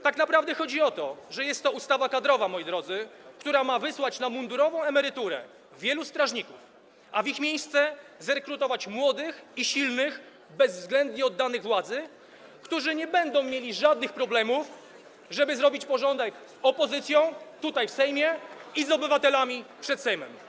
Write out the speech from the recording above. Tak naprawdę chodzi o to, że jest to ustawa kadrowa, moi drodzy, która ma wysłać na mundurową emeryturę wielu strażników, a w ich miejsce zrekrutować młodych i silnych, bezwzględnie oddanych władzy, którzy nie będą mieli żadnych problemów, żeby zrobić porządek z opozycją tutaj w Sejmie i z obywatelami przed Sejmem.